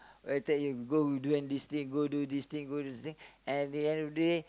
will attack you go do and this thing go do this thing go do this thing at the end of the day